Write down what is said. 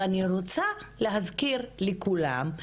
ואני רוצה להזכיר לכולם,